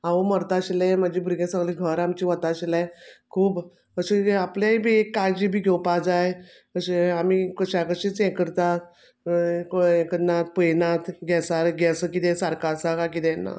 हांव मरता आशिल्लें म्हाजें भुरगें सगलें घर आमचें वता आशिल्लें खूब अशें आपलेंय बी एक काळजी बी घेवपा जाय अशें आमी कश्या कशींच हें करता हें कन्नात पयनात गॅसार गॅस किदें सारक आसा का किदें ना